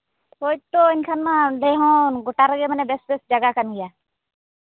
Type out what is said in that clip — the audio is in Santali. ᱦᱳᱭᱛᱚ ᱮᱱᱠᱷᱟᱱ ᱢᱟ ᱚᱸᱰᱮ ᱦᱚᱸ ᱜᱳᱴᱟ ᱨᱮᱜᱮ ᱢᱟᱱᱮ ᱵᱮᱥᱼᱵᱮᱥ ᱡᱟᱭᱜᱟ ᱠᱟᱱ ᱜᱮᱭᱟ